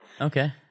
Okay